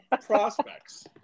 prospects